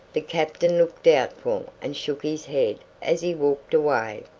the captain looked doubtful and shook his head as he walked away.